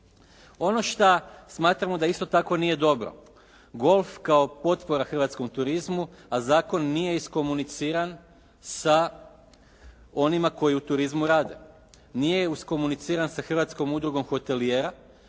Ono šta smatramo da isto tako nije dobro. Golf kao potpora hrvatskom turizmu, a zakon nije iskomuniciran sa onima koji u turizmu rade, nije uskomuniciran sa Hrvatskom udrugom hotelijera